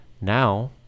now